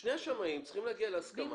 שני השמאים צריכים להגיע להסכמה.